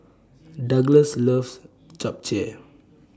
Douglass loves Japchae